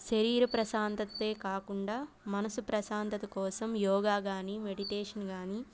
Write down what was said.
శరీర ప్రశాంతతే కాకుండా మనసు ప్రశాంతత కోసం యోగా కానీ మెడిటేషన్ కానీ